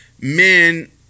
men